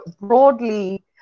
broadly